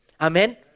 Amen